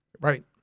Right